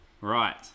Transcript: Right